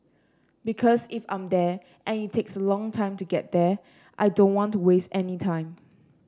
because if I'm there and it takes a long time to get there I don't want to waste any time